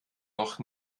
noch